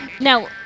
Now